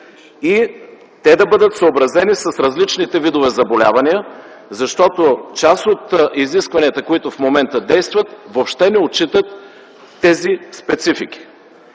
Те да бъдат съобразени с различните видове заболявания, защото част от изискванията, които действат в момента, въобще не отчитат тези специфики.